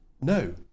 No